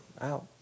out